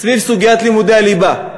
סביב סוגיית לימודי הליבה.